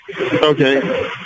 Okay